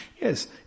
Yes